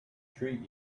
treat